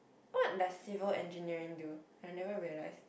what does civil engineering do I never realised